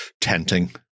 tenting